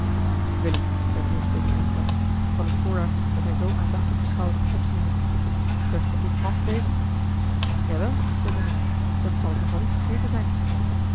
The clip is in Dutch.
zei volsteke eensklaps van het voorwerp dat hij zoo aandachtig beschouwde opziende kunt ge goed fransch lezen jawel zei willem dat zal ik nog wel niet vergeten zijn